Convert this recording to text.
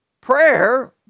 prayer